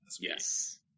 Yes